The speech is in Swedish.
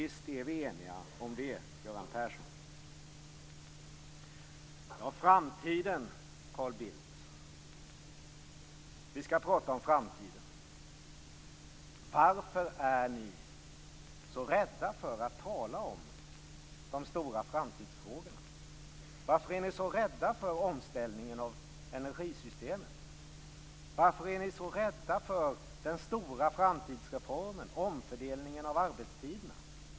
Visst är vi eniga om det, Göran Persson. Vi kan prata om framtiden, Carl Bildt. Varför är ni så rädda för att tala om de stora framtidsfrågorna? Varför är ni så rädda för omställningen av energisystemet? Varför är ni så rädda för den stora framtidsreformen, omfördelningen av arbetstiderna?